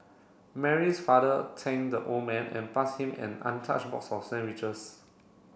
Mary's father thank the old man and pass him an untouched box of sandwiches